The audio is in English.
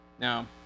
Now